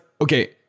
okay